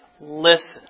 Listen